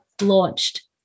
launched